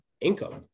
income